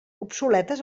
obsoletes